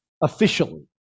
officially